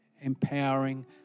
empowering